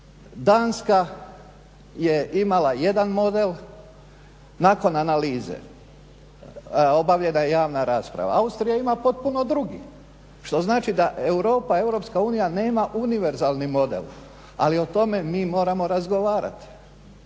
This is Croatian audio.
Danska je imala jedan model, nakon analize obavljena je javna rasprava. Austrija ima potpuno drugi što znači da Europa, Europska unija nema univerzalni model ali o tome mi moramo razgovarati.